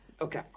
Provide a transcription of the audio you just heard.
Okay